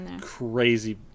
crazy